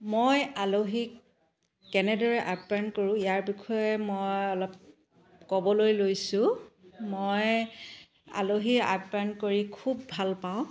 মই আলহীক কেনেদৰে আপ্যায়ন কৰো ইয়াৰ বিষয়ে মই অলপ ক'বলৈ লৈছো মই আলহী আপ্যায়ন কৰি খুব ভাল পাওঁ